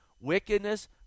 Wickedness